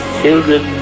children